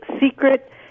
secret